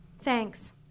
Thanks